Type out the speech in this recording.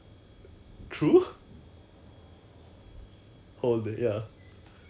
like we can have things to talk about the whole whole you know the whole day you know ya